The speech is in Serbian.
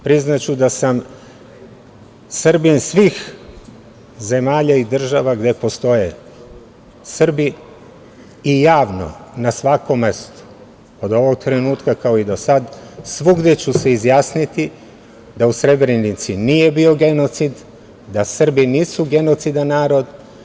Priznaću da sam Srbin svih zemalja i država gde postoje Srbi i javno na svakom mestu, od ovog trenutka kao i do sada, svugde ću se izjasniti da u Srebrnici nije bio genocid, da Srbi nisu genocidan narod.